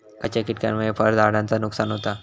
खयच्या किटकांमुळे फळझाडांचा नुकसान होता?